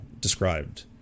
described